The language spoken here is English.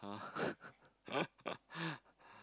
!huh!